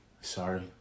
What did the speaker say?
Sorry